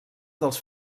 dels